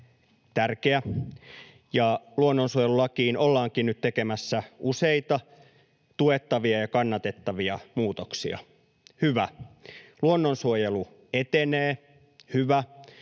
tärkeä, ja luonnonsuojelulakiin ollaankin nyt tekemässä useita tuettavia ja kannatettavia muutoksia — hyvä. Luonnonsuojelu etenee — hyvä